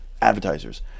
advertisers